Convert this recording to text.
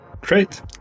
Great